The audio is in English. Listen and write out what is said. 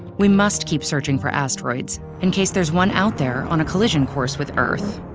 we must keep searching for asteroids in case there's one out there on a collision course with earth.